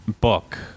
book